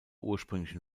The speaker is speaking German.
ursprünglichen